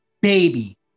baby